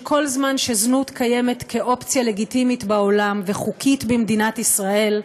שכל זמן שזנות קיימת כאופציה לגיטימית בעולם וחוקית במדינת ישראל,